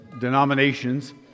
denominations